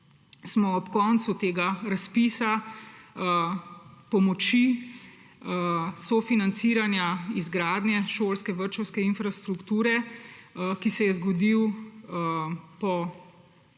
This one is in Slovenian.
smo ob koncu tega razpisa pomoči sofinanciranja izgradnje šolske vrtčevske infrastrukture, ki se je zgodil